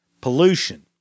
Pollution